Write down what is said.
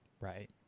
Right